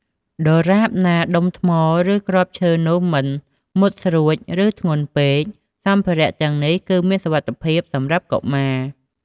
ដរាបណាដុំថ្ម ឬគ្រាប់ឈើនោះមិនមុតស្រួច ឬធ្ងន់ពេក សម្ភារៈទាំងនេះ គឺមានសុវត្ថិភាពសម្រាប់កុមារ។